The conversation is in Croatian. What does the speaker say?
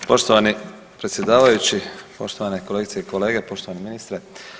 Poštovani predsjedavajući, poštovane kolegice i kolege, poštovani ministre.